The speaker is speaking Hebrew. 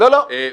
לא, לא,